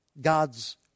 God's